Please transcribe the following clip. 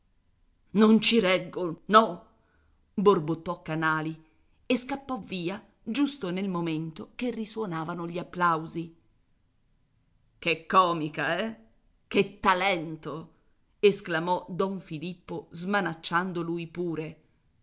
non ci reggo no borbottò canali e scappò via giusto nel momento che risuonavano gli applausi che comica eh che talento esclamò don filippo smanacciando lui pure